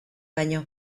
baino